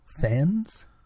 fans